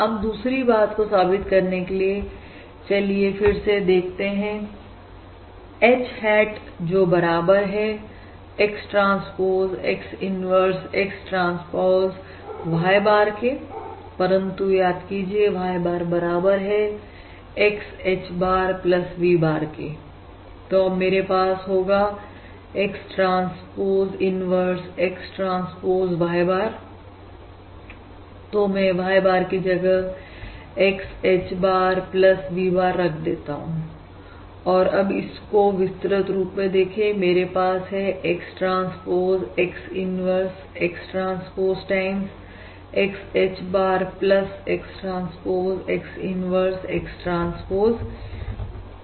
अब अब दूसरी बात को साबित करने के लिए चलिए फिर से देखते हैं H hat जो बराबर है X transpose X inverse X transpose Y bar के परंतु याद कीजिए Y bar बराबर है X H bar V bar के तो अब मेरे पास होगा X transpose inverse X transpose Y bar तो मैं Y bar की जगह X H bar V bar रख देता हूंऔर अब इस को विस्तृत रूप में देखें मेरे पास है X transpose X inverse X transpose time XH bar X transpose X inverse X transpose V bar